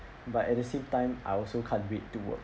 but at the same time I also can't wait to work